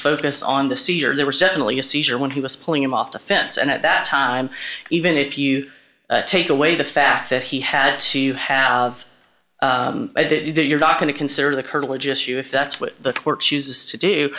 focus on the seizure there were certainly a seizure when he was pulling him off the fence and at that time even if you take away the fact that he had to have you're not going to consider the curtilage issue if that's what the court chooses to do